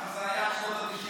ככה זה היה עד שנות התשעים.